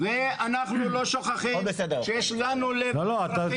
-- עם ראש על הכתפיים ואנחנו לא שוכחים שיש לנו לב לערבים,